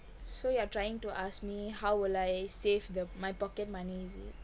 so you are trying to ask me how will I save the my pocket money is it